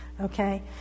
Okay